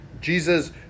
Jesus